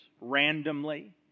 randomly